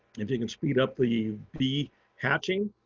if you can speed up the bee hatching.